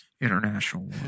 international